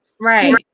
Right